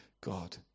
God